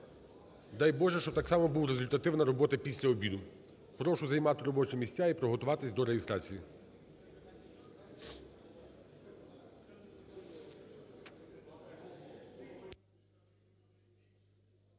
Дай Боже, щоб так само була результативна робота після обіду. Прошу займати робочі місця і приготуватись до реєстрації.